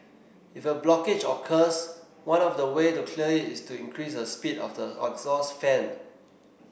if a blockage occurs one of the way to clear it is to increase the speed of the exhaust fan